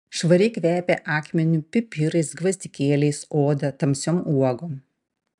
švariai kvepia akmeniu pipirais gvazdikėliais oda tamsiom uogom